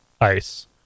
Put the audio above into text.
ice